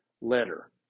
letter